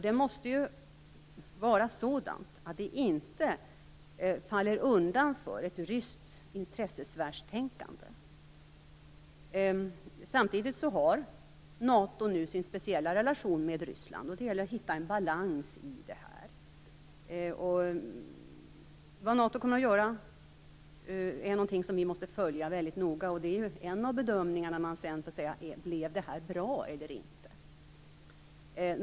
Det måste ju vara sådant att det inte faller undan för ett ryskt intressesfärstänkande. Samtidig har NATO nu sin speciella relation med Ryssland. Det gäller att hitta en balans i detta. Vi måste följa vad NATO kommer att göra väldigt noga. En av bedömningarna som man måste göra sedan är ju om det blev bra eller inte.